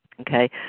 Okay